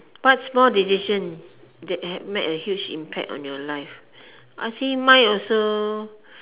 what small decision that have made a huge impact on your life actually mine also